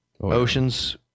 oceans